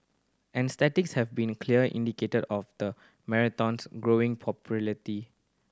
and statistics have been a clear indicated of the marathon's growing popularity